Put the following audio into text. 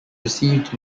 received